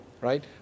right